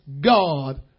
God